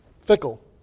Fickle